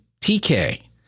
TK